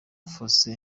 fossey